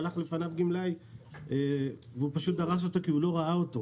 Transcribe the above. הלך לפניו גמלאי והוא פשוט דרס אותה כי הוא לא ראה אותו